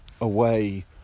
away